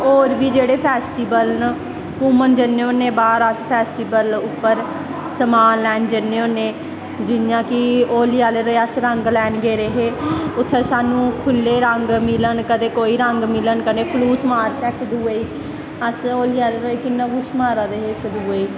होर बी जेह्ड़े फैस्टिवल न घूमन जन्ने होन्ने बाह्र अस फैस्टिवल उप्पर समान लैन जन्ने होन्ने जियां कि होली अह्ले दिन अस रंग लैन गेदे हे उत्थें स्हानू खुल्ले रंग मिलन कदेें कोई रंग मिलन कदैं फलूस मारचै इक दुए गी अस होली आह्लै दिन किन्ना कुछ मानादे हे इक दूए गी